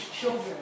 children